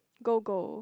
gold gold